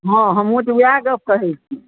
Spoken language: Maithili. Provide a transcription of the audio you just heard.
हँ हमहुँ तऽ वएह गप कहै छी